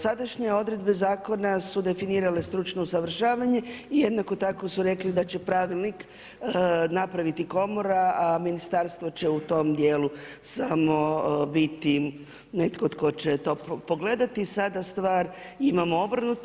Sadašnje odredbe zakona su definirale stručno usavršavanje i jednako tako su rekli da će pravilnik napraviti komora, a ministarstvo će u tom djelu samo biti netko tko će to pogledati, sada stvar imamo obrnuto.